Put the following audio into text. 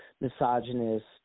misogynist